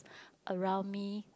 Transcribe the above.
around me